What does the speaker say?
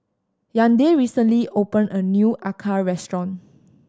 Yandel recently opened a new acar restaurant